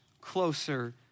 closer